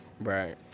right